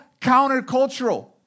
countercultural